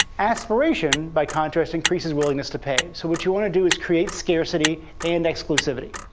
aspiration, by contrast, increases willingness to pay. so what you want to do is create scarcity and exclusivity.